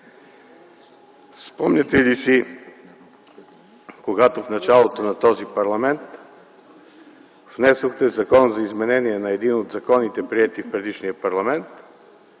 Спомняте ли си, когато в началото на този парламент внесохте законопроект за изменение на един от законите, приети в предишния парламент,